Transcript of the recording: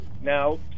Now